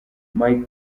mike